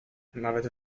nawet